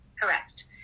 Correct